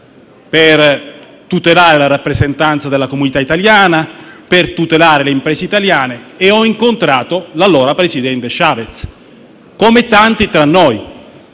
per tutelare la rappresentanza della comunità italiana e per tutelare le imprese italiane, e ho incontrato l'allora presidente Chavez, come tanti tra noi.